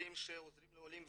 אחרים שעוזרים לעולים,